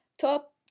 top